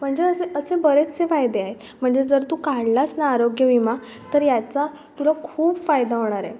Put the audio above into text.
म्हणजे असे असे बरेचसे फायदे आहेत म्हणजे जर तू काढलास ना आरोग्यविमा तर याचा तुला खूप फायदा होणार आहे